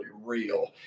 real